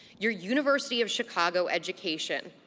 your university of chicago education,